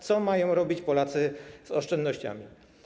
Co mają robić Polacy z oszczędnościami?